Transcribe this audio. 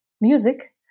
music